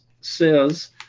says